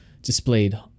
Displayed